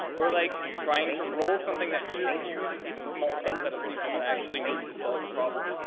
or like trying to roll something that just uses the small subset of sequel that i actually need to solve the problem.